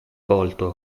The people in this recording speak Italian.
volto